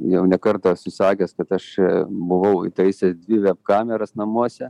jau ne kartą esu sakęs kad aš buvau įtaisęs dvi veb kameras namuose